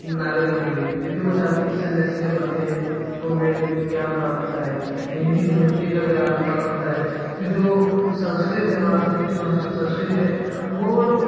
नागरिक हो गए हैं क्योंकि वो जानते है कि सन्यासी जब बनते हैं तो उन्हें क्या प्राप्त होता है हिंदी भी हिंदी का ज्ञान प्राप्त होता है कि जो संस्कृत है हमारा संस्कृत भाषा संस्कृत है वो लोग